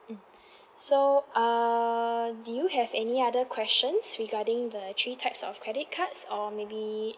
um so err do you have any other questions regarding the three types of credit cards or maybe